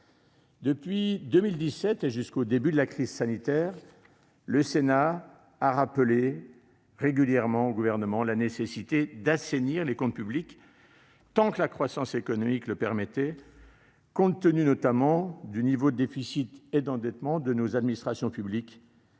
Depuis 2017 et jusqu'au début de la crise sanitaire, le Sénat a rappelé régulièrement au Gouvernement la nécessité d'assainir les comptes publics tant que la croissance économique le permettait, compte tenu du niveau de déficit et d'endettement de nos administrations publiques,